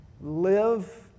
live